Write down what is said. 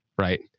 right